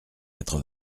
quatre